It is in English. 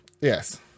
Yes